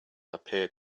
appeared